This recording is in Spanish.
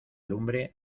lumbre